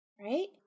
right